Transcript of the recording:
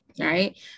right